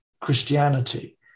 Christianity